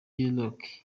rock